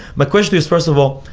my question is, first of all,